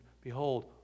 behold